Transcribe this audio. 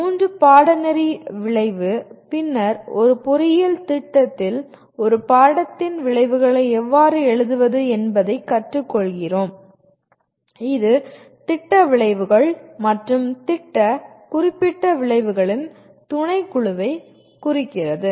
மூன்று பாடநெறி விளைவு பின்னர் ஒரு பொறியியல் திட்டத்தில் ஒரு பாடத்தின் விளைவுகளை எவ்வாறு எழுதுவது என்பதைக் கற்றுக்கொள்கிறோம் இது திட்ட விளைவுகள் மற்றும் திட்ட குறிப்பிட்ட விளைவுகளின் துணைக்குழுவைக் குறிக்கிறது